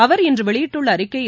அவர் இன்று வெளியிட்டுள்ள அறிக்கையில்